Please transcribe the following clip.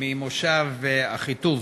ממושב אחיטוב.